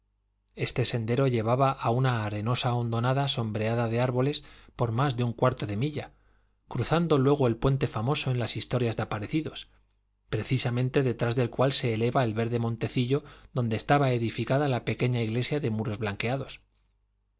este sendero llevaba a una arenosa hondonada sombreada de árboles por más de un cuarto de milla cruzando luego el puente famoso en las historias de aparecidos precisamente detrás del cual se eleva el verde montecillo donde estaba edificada la pequeña iglesia de muros blanqueados